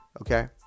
Okay